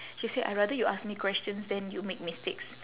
she said I rather you ask me questions than you make mistakes